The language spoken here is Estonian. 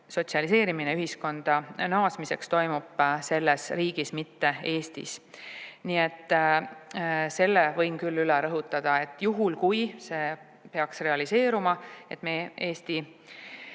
sotsialiseerimine ühiskonda naasmiseks toimub selles riigis, mitte Eestis. Nii et selle võin küll üle rõhutada, et juhul kui see peaks realiseeruma, et me